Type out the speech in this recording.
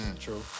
True